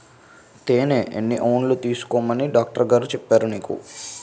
తేనె ఎన్ని ఔన్సులు తీసుకోమని డాక్టరుగారు చెప్పారు నీకు